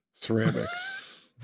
Ceramics